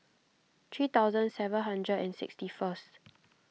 three thousand seven hundred and sixty first